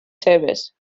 seves